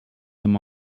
them